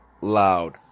Loud